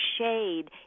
shade